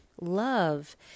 love